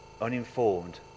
uninformed